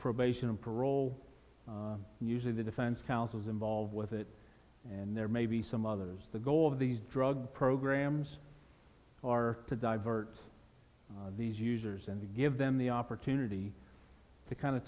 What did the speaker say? probation and parole and usually the defense counsels involved with it and there may be some others the goal of these drug programs are to divert these users and give them the opportunity to kind of